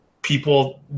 People